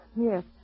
Yes